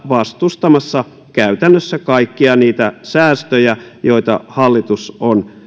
vastustamassa käytännössä kaikkia niitä säästöjä joita hallitus on